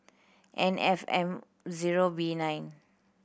N F M zero B nine